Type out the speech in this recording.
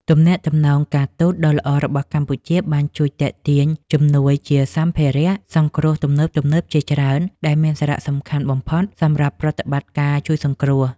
ទំនាក់ទំនងការទូតដ៏ល្អរបស់កម្ពុជា បានជួយទាក់ទាញជំនួយជាសម្ភារៈសង្គ្រោះទំនើបៗជាច្រើន ដែលមានសារៈសំខាន់បំផុតសម្រាប់ប្រតិបត្តិការជួយសង្គ្រោះ។